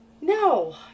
No